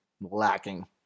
lacking